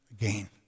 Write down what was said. again